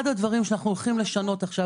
אחד הדברים שאנחנו הולכים לשנות עכשיו